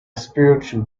spiritual